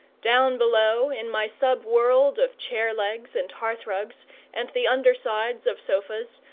down below, in my sub-world of chair-legs and hearthrugs and the undersides of sofas,